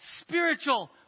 spiritual